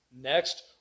next